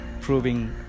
proving